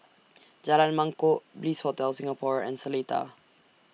Jalan Mangkok Bliss Hotel Singapore and Seletar